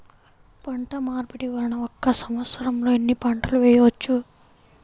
పంటమార్పిడి వలన ఒక్క సంవత్సరంలో ఎన్ని పంటలు వేయవచ్చు?